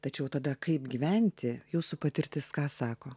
tačiau tada kaip gyventi jūsų patirtis ką sako